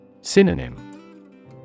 Synonym